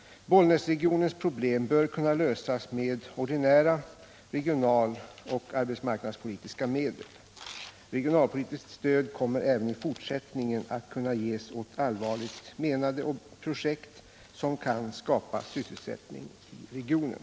Bollnäsregionens problem bör kunna lösas med ordinära regionaloch arbetsmarknadspolitiska medel. Regionalpolitiskt stöd kommer även i fortsättningen att kunna ges åt allvarligt menade projekt som kan skapa sysselsättning i regionen.